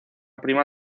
prima